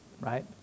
right